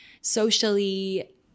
socially